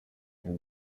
ibi